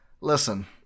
listen